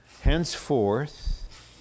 Henceforth